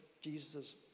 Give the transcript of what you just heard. Jesus